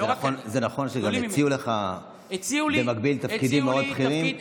זה נכון שגם הציעו לך במקביל תפקידים מאוד בכירים?